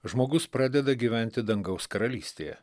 žmogus pradeda gyventi dangaus karalystėje